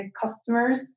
customers